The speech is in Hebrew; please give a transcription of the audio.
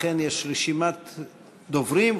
לכן יש רשימת דוברים,